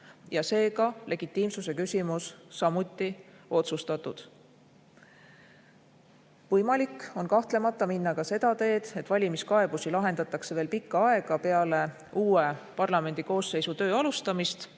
ja seega legitiimsuse küsimus samuti otsustatud. Võimalik on kahtlemata minna ka seda teed, et valimiskaebusi lahendatakse veel pikka aega pärast seda, kui uus parlamendi koosseis on tööd alustanud,